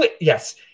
yes